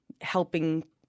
helping